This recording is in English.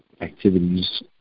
activities